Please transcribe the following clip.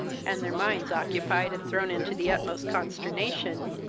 and their minds occupied and thrown into the utmost consternation,